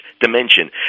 dimension